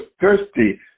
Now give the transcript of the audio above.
thirsty